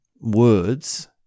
words